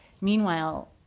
Meanwhile